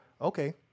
okay